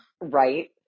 Right